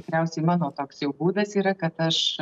tikriausiai mano toks jau būdas yra kad aš